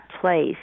place